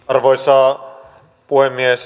arvoisa puhemies